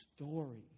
story